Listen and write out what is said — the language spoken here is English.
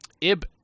Ib